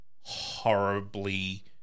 horribly